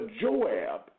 Joab